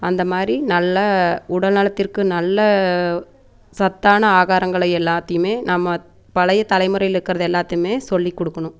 அந்தமாதிரி நல்லா உடல் நலத்திற்கு நல்ல சத்தான ஆகாரங்களை எல்லாத்தையுமே நம்ம பழைய தலைமுறையில் இருக்கிறது எல்லாத்தையுமே சொல்லி கொடுக்குணும்